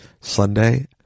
sunday